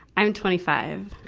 i'm twenty five.